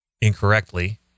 incorrectly